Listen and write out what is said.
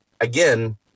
again